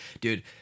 Dude